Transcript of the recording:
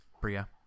Bria